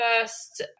first